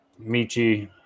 Michi